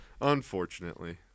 Unfortunately